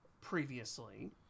previously